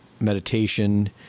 meditation